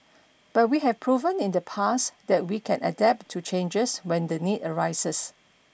but we have proven in the past that we can adapt to changes when the need arises